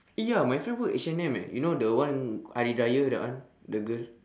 eh ya my friend work H&M eh you know the one hari-raya that one the girl